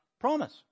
promise